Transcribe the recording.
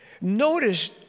notice